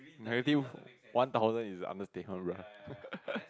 negative one thousand is an understatement right